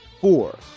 four